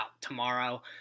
tomorrow